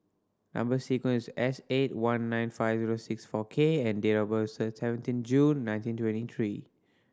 number sequence S eight one nine five zero six four K and date of birth seventeen June nineteen twenty three